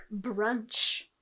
Brunch